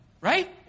Right